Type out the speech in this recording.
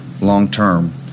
long-term